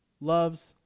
loves